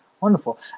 Wonderful